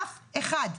אף אחד.